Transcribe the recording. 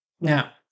Now